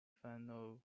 final